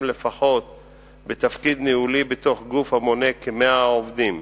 לפחות בתפקיד ניהולי בתוך גוף המונה כ-100 עובדים.